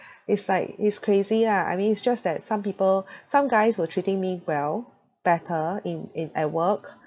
it's like it's crazy ah I mean it's just that some people some guys were treating me well better in in at work